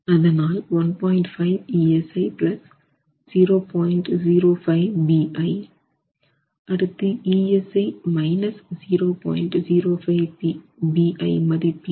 அதனால் அடுத்து மதிப்பீடு